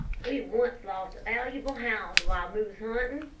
we once lost a valuable hound while moose hunting,